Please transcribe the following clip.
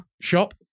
Shop